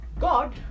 god